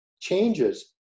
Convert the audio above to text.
changes